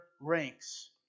ranks